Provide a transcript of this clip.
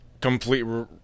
complete